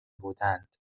بودند